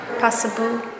possible